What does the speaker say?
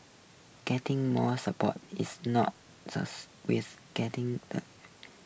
getting more support is not with getting the